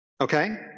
Okay